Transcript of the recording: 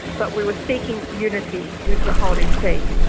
but we were seeking unity with the holy see.